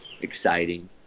exciting